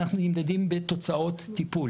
אנחנו נמדדים בתוצאות טיפול.